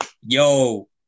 yo